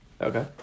Okay